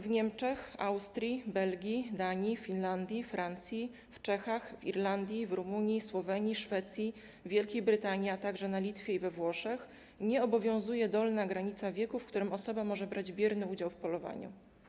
W Niemczech, Austrii, Belgii, Danii, Finlandii, we Francji, w Czechach, Irlandii, Rumunii, Słowenii, Szwecji, Wielkiej Brytanii, a także na Litwie i we Włoszech nie obowiązuje dolna granica wieku, w którym osoba może brać bierny udział w polowaniu.